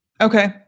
Okay